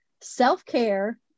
self-care